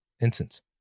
instance